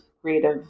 creative